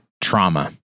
trauma